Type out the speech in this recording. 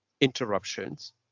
interruptions